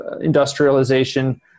industrialization